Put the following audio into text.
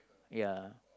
ya